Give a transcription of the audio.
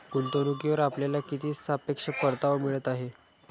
गुंतवणूकीवर आपल्याला किती सापेक्ष परतावा मिळत आहे?